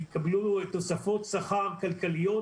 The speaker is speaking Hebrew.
יקבלו תוספת שכר כלכליות